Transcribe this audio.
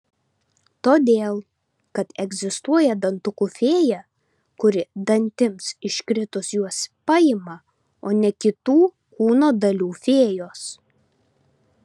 todėl kad egzistuoja dantukų fėja kuri dantims iškritus juos paima o ne kitų kūno dalių fėjos